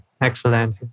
Excellent